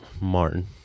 Martin